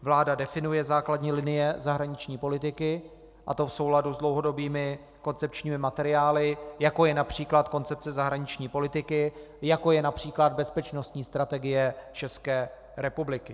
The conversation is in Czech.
Vláda definuje základní linie zahraniční politiky, a to v souladu s dlouhodobými koncepčními materiály, jako je např. Koncepce zahraniční politiky, jako je např. Bezpečnostní strategie České republiky.